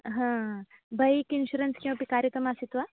हा bank insurance किमपि कारितमासीत् वा